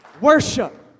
Worship